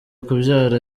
kubyara